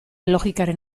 logikaren